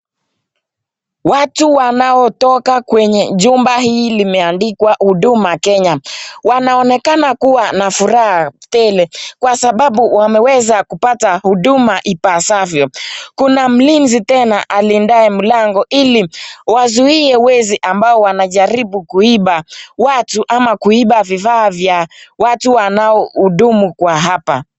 Watu wanaotoka kwenye jumba hili limeandikwa huduma Kenya wanaonekana kuwa na furaha tele kwa sababu wameweza kupata huduma ipasavyo ,kuna mlinzi tena alindaye mlango ili wazuie wezi ambao wanajaribu kuiba watu ama kuiba vifaa vya watu wanaohudumu kwa hapa.